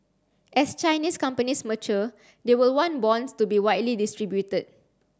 as Chinese companies mature they will want bonds to be widely distributed